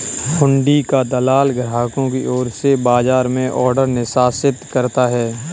हुंडी का दलाल ग्राहकों की ओर से बाजार में ऑर्डर निष्पादित करता है